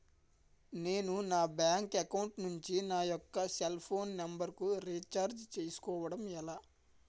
నేను నా bank account నుంచి నా యెక్క సెల్ ఫోన్ నంబర్ కు రీఛార్జ్ చేసుకోవడం ఎలా?